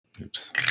Oops